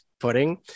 footing